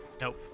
Nope